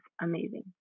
amazing